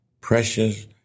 precious